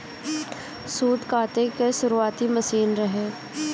सूत काते कअ शुरुआती मशीन रहे